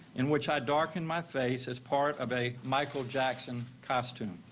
in which i darkened my face as part of a michael jackson costume.